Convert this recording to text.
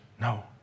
no